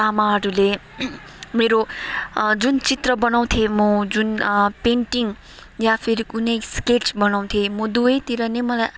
आमाहरूले मेरो जुन चित्र बनाउथेँ म जुन पेन्टिङ या फेरि कुनै स्केच बनाउथेँ म दुवैतिर नै मलाई